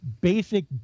Basic